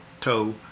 toe